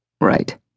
Right